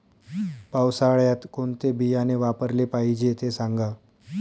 पावसाळ्यात कोणते बियाणे वापरले पाहिजे ते सांगा